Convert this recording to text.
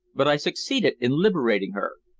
but i succeeded in liberating her.